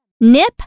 Nip